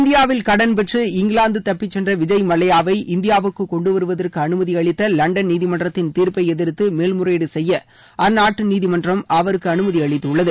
இந்தியாவில் கடன்பெற்று இங்கிலாந்து தப்பிச் சென்ற விஜய் மல்லையாவை இந்தியாவுக்கு கொண்டு வருவதற்கு அனுமதி அளித்த் வண்டன் நீதிமன்றத்தின் தீர்ப்பை எதிர்த்து மேல் முறையீடு செய்ய அந்நாட்டு நீதிமன்றம் அவருக்கு அனுமதி அளித்துள்ளது